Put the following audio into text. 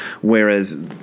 whereas